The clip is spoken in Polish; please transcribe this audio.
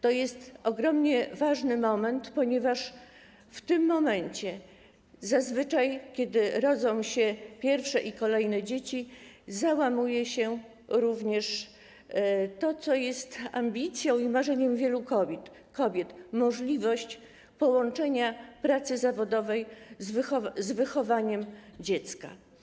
To jest ogromnie ważny moment, ponieważ zazwyczaj w tym momencie, kiedy rodzą się pierwsze i kolejne dzieci, załamuje się również to, co jest ambicją i marzeniem wielu kobiet, czyli możliwość połączenia pracy zawodowej z wychowaniem dziecka.